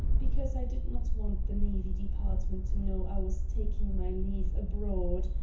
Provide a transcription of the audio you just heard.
because i did not want the navy department to know i was taking my leave abroad.